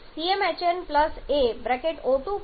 CmHn a O2 3